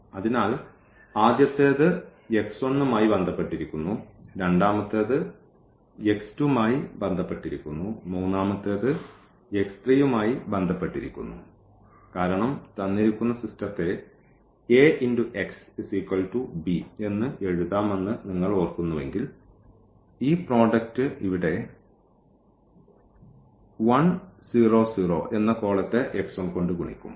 അതിനാൽ ആദ്യത്തേത് മായി ബന്ധപ്പെട്ടിരിക്കുന്നു രണ്ടാമത്തേത് മായി ബന്ധപ്പെട്ടിരിക്കുന്നു മൂന്നാമത്തേത് മായി ബന്ധപ്പെട്ടിരിക്കുന്നു കാരണം തന്നിരിക്കുന്ന സിസ്റ്റത്തെ എന്ന് എഴുതാമെന്ന് നിങ്ങൾ ഓർക്കുന്നുവെങ്കിൽ ഈ പ്രോഡക്റ്റ് ഇവിടെ 1 0 0 എന്ന കോളത്തെ കൊണ്ട് ഗുണിക്കും